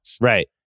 Right